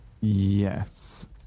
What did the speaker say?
Yes